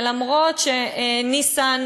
וניסן,